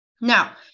Now